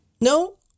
No